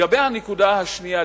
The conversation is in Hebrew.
לגבי הנקודה השנייה,